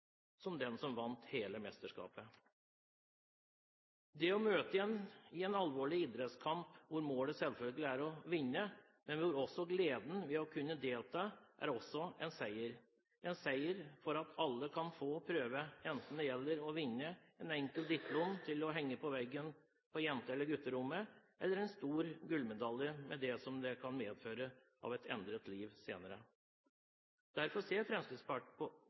som på den som vant hele mesterskapet. Når man møter i en alvorlig idrettskamp, er målet selvfølgelig å vinne, men gleden over å kunne delta er også en seier – en seier for at alle kan få prøve, enten å vinne et enkelt diplom til å henge på veggen på jente- eller gutterommet eller en stor gullmedalje, med det som det kan medføre av et endret liv senere. Derfor mener Fremskrittspartiet at man bør satse på